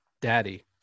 daddy